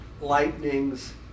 Lightning's